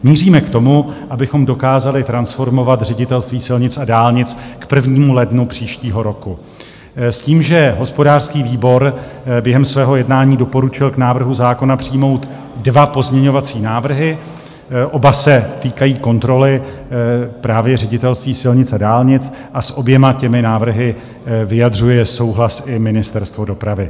Míříme k tomu, abychom dokázali transformovat Ředitelství silnic a dálnic k 1. lednu příštího roku s tím, že hospodářský výbor během svého jednání doporučil k návrhu zákona přijmout dva pozměňovací návrhy, oba se týkají kontroly právě Ředitelství silnic a dálnic a s oběma těmi návrhy vyjadřuje souhlas i Ministerstvo dopravy.